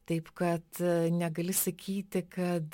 taip kad negali sakyti kad